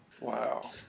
Wow